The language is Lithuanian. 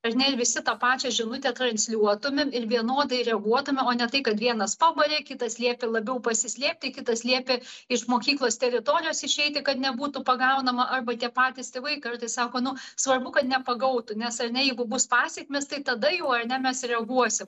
ar ne ir visi tą pačią žinutę transliuotumėm ir vienodai reaguotume o ne tai kad vienas pabarė kitas liepė labiau pasislėpti kitas liepė iš mokyklos teritorijos išeiti kad nebūtų pagaunama arba tie patys tėvai kartais sako nu svarbu kad nepagautų nes ar ne jeigu bus pasekmės tai tada jau ar ne mes reaguosim